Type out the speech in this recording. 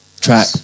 track